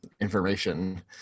information